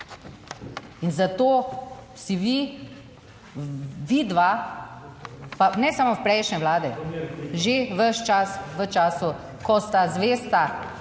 in zato si vi, vidva, pa ne samo v prejšnje Vlade že ves čas v času ko sta zvesta